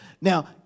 Now